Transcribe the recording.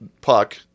Puck